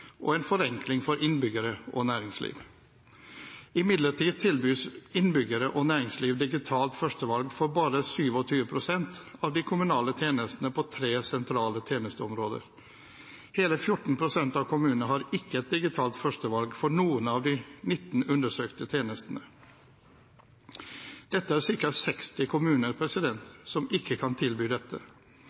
og en forenkling for innbyggere og næringsliv. Imidlertid tilbys innbyggere og næringsliv et digitalt førstevalg for bare 27 pst. av de kommunale tjenestene på tre sentrale tjenesteområder. Hele 14 pst. av kommunene har ikke et digitalt førstevalg for noen av de 19 undersøkte tjenestene. Det er ca. 60 kommuner som ikke kan tilby dette.